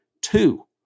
Two